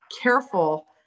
careful